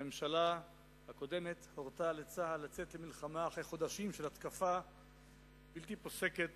הממשלה הקודמת הורתה לצה"ל לצאת למלחמה אחרי חודשים של התקפה בלתי פוסקת